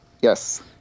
Yes